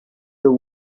the